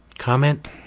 comment